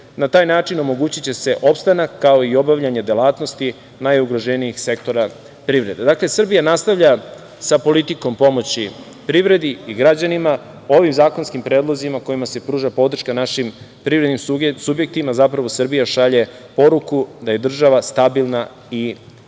Na taj način će se omogućiti opstanak, kao i obavljanje delatnosti najugroženijih sektora privrede. Dakle, Srbija nastavlja sa politikom pomoći privredi i građanima. Ovim zakonskim predlozima kojima se pruža podrška našim privrednim subjektima zapravo Srbija šalje poruku da je država stabilna i jaka.